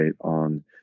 on